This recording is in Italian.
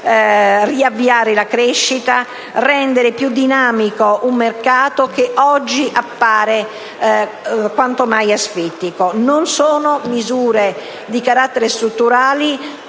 riavviare la crescita e rendere più dinamico un mercato che oggi appare quanto mai asfittico. Non sono misure di carattere strutturale